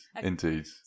indeed